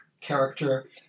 character